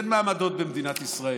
אין מעמדות במדינת ישראל,